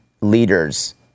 leaders